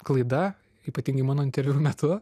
klaida ypatingai mano interviu metu